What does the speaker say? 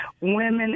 women